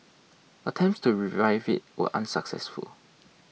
attempts to revive it were unsuccessful